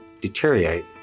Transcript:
deteriorate